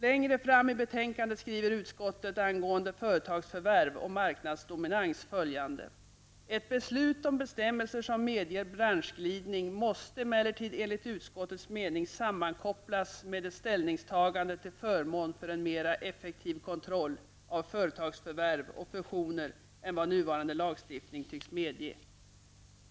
Längre fram i betänkandet skriver utskottet angående företagsförvärv och marknadsdominans följande: ``Ett beslut om bestämmelser som medger branschglidning måste emellertid enligt utskottets mening sammankopplas med ett ställningstagande till förmån för en mera effektiv kontroll av företagsförvärv och fusioner än vad nuvarande lagstiftning tycks medge.